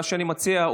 מה שאני מציע,